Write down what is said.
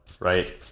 Right